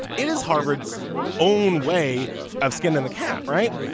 it is harvard's own way of skin in the cat right.